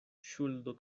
ŝuldo